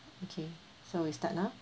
okay so we start now